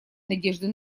надежды